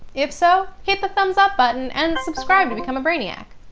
if so, hit the thumbs up button and subscribe to become a brainiac!